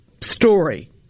story